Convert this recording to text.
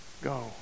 go